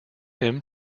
him